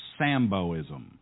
Samboism